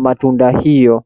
matunda hiyo.